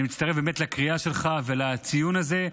אני מצטרף לקריאה שלך ולציון הזה.